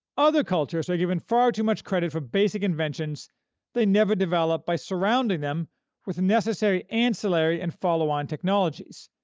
other cultures are given far too much credit for basic inventions they never developed by surrounding them with necessary ancillary and follow-on technologies,